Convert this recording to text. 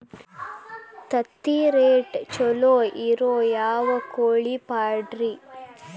ತತ್ತಿರೇಟ್ ಛಲೋ ಇರೋ ಯಾವ್ ಕೋಳಿ ಪಾಡ್ರೇ?